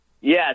Yes